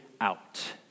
out